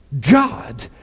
God